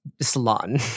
salon